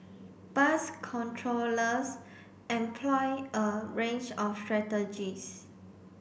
bus controllers employ a range of strategies